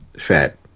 Fat